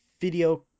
video